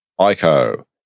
Ico